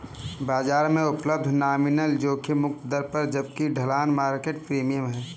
बाजार में उपलब्ध नॉमिनल जोखिम मुक्त दर है जबकि ढलान मार्केट प्रीमियम है